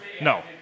No